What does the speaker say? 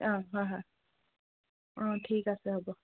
অঁ হয় হয় অঁ ঠিক আছে হ'ব